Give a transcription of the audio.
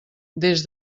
des